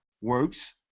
works